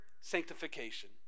sanctification